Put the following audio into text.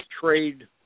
trade